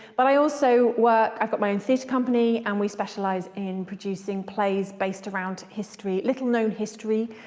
but i also work i've got my own theatre company and we specialise in producing plays based around history little known history,